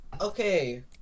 Okay